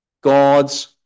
God's